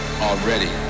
already